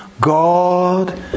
God